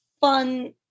fun